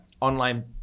online